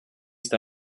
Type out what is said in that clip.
ist